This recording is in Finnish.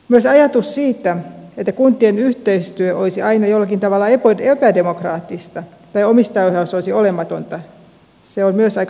myös ajatus siitä että kuntien yhteistyö olisi aina jollakin tavalla epädemokraattista tai omistajaohjaus olisi olematonta on aika erikoinen